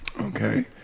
okay